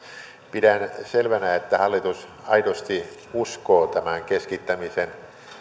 pidän selvänä että hallitus aidosti uskoo tämän keskittämisen